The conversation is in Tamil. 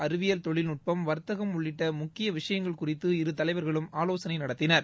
அறிவியல் தொழில்நுட்பம் வர்த்தகம் உள்ளிட்ட முக்கிய விஷயங்கள் குறித்து இரு தலைவர்களும் ஆலோசனை நடத்தினர்